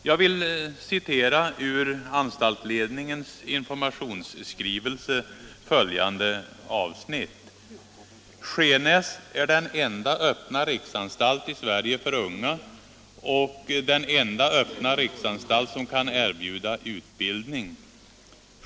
Jag vill citera ett avsnitt ur anstaltsledningens informationsskrivelse: ”Skenäs ir den enda öppna riksanstalt i Sverige för unga och den enda öppna riksanstalt som kan erbjuda utbildning.